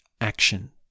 action